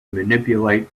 manipulate